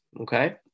okay